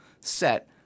set